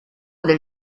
del